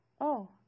Oh